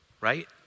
right